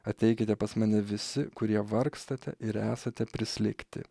ateikite pas mane visi kurie vargstate ir esate prislėgti